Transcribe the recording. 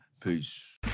Peace